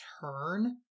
turn